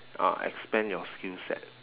uh expand your skill set